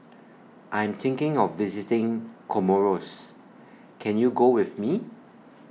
I'm thinking of visiting Comoros Can YOU Go with Me